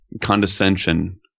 condescension